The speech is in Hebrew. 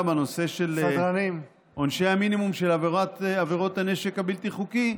בנושא של עונשי המינימום של עבירות הנשק הבלתי-חוקי,